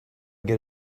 get